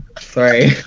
Sorry